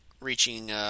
reaching